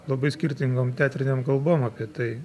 labai skirtingom teatrinėm kalbom apie tai